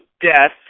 Death